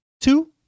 two